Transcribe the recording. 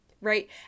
right